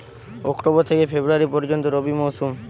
October থেকে ফেব্রুয়ারি পর্যন্ত রবি মৌসুম